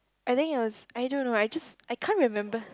I think it was I don't know I just I can't remember